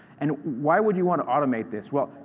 and why would you want to automate this? well,